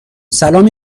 سلام